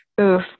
Oof